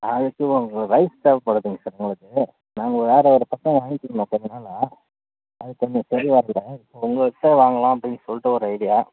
அதுக்கு கொஞ்சம் ரைஸ் தேவைப்படுதுங்க சார் எங்களுக்கு நாங்கள் வேறு ஒருத்தர்ட்ட வாங்கிட்டுருந்தோம் கொஞ்சம் நாளாக அது கொஞ்சம் சரி வரல இப்போது உங்கக்கிட்டே வாங்கலாம் அப்படின்னு சொல்லிட்டு ஒரு ஐடியா